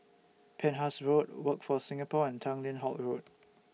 Penhas Road Workforce Singapore and Tanglin Halt Road